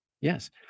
Yes